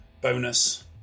bonus